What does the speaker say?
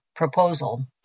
proposal